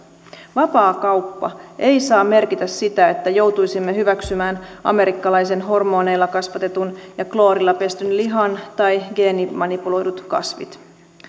vapaakauppa ei saa merkitä sitä että joutuisimme hyväksymään amerikkalaisen hormoneilla kasvatetun ja kloorilla pestyn lihan tai geenimanipuloidut kasvit